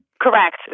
Correct